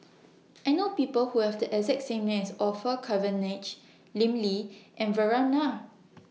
I know People Who Have The exact same name as Orfeur Cavenagh Lim Lee and Vikram Nair